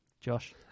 Josh